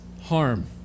harm